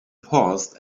paused